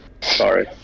Sorry